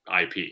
ip